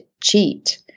cheat